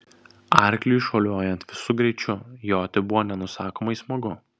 arkliui šuoliuojant visu greičiu joti buvo nenusakomai smagu